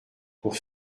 pour